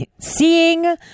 seeing